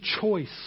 choice